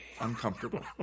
Uncomfortable